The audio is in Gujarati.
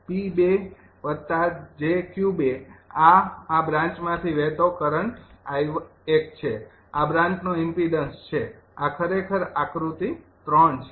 p૨𝑗𝑄૨ આ આ બ્રાન્ચમાંથી વહેતો કરંટ 𝐼૧ છે આ બ્રાન્ચ નો ઇમ્પીડન્સ છે આ ખરેખર આકૃતિ ૩ છે